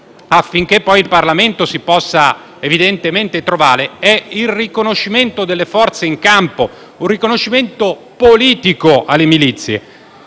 affinché poi in Parlamento ci si possa evidentemente trovare, il cuore del problema è il riconoscimento delle forze in campo, un riconoscimento politico alle milizie.